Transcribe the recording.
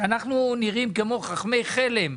שאנחנו נראים כמו חכמי חלם.